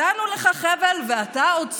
הצענו לך חבל ואתה עוד צועק?